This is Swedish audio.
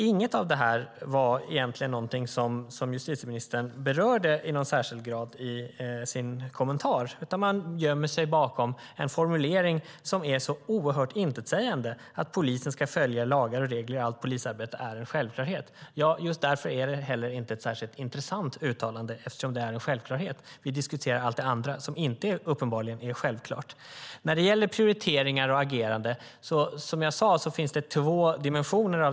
Inget av detta var någonting som justitieministern egentligen berörde i någon särskild grad i sin kommentar, utan hon gömmer sig bakom en formulering som är oerhört intetsägande - att det är en självklarhet att polisen ska följa lagar och regler i allt polisarbete. Just eftersom det är en självklarhet är det inte heller något särskilt intressant uttalande. Vi diskuterar allt det andra som uppenbarligen inte är självklart. När det gäller prioriteringar och agerande finns det, som jag sade, två dimensioner.